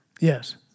Yes